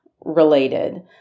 related